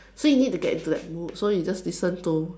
so you need to get into that mood so you just listen to